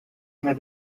may